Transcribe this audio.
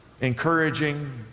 encouraging